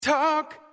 Talk